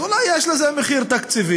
אז אולי יש לזה מחיר תקציבי,